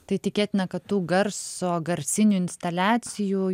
tai tikėtina kad tų garso garsinių instaliacijų